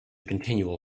continual